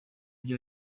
nayo